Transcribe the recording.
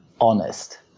honest